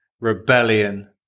rebellion